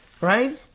right